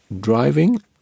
driving